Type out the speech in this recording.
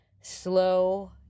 slow